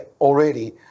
already